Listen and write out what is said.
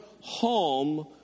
home